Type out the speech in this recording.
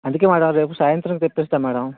అందుకే మేడం రేపు సాయంత్రం తెప్పిస్తాం మేడం